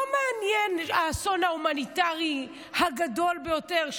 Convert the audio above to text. לא מעניין האסון ההומניטרי הגדול ביותר,